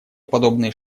подобные